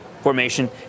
formation